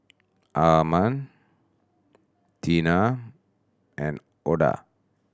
Arman Tina and Oda